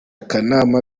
kanama